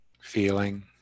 feeling